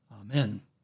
Amen